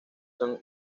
son